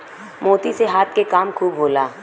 मोती से हाथ के काम खूब होला